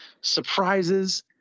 surprises